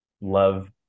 love